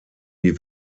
die